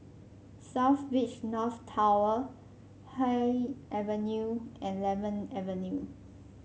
South Beach North Tower Haig Avenue and Lemon Avenue